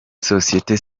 sosiyete